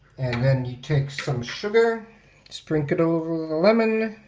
and then you take some sugar sprinkling it over the lemon.